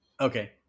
Okay